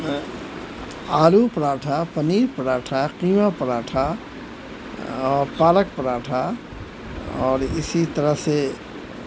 آلو پراٹھا پنیر پراٹھا قیمہ پراٹھا اور پالک پراٹھا اور اسی طرح سے